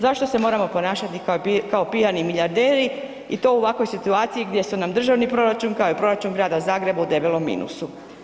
Zašto se moramo ponašati kao pijani milijarderi i to u ovakvoj situaciji gdje su nam državni proračun kao i proračun Grada Zagreba u debelom minusu?